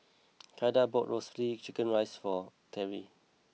Kylah bought Roasted Chicken Rice for Terrie